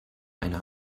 einer